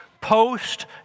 post